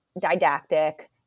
didactic